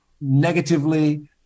negatively